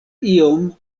iom